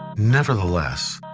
nevertheless,